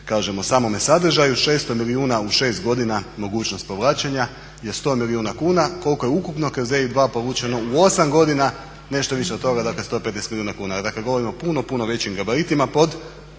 kažem samome sadržaju, 600 milijuna u 6 godina mogućnost povlačenja je 100 milijuna kuna, koliko je ukupno kroz EIB 2 povučeno u 8 godina nešto više od toga. Dakle, 115 milijuna kuna. Dakle, govorimo o puno, puno većim gabaritima pod